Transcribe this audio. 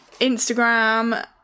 instagram